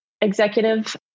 executive